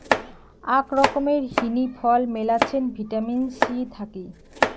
আক রকমের হিনি ফল মেলাছেন ভিটামিন সি থাকি